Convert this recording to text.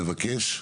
מבקש,